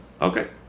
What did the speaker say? Okay